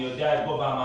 אני יודע את גובה המענק,